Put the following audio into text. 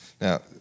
Now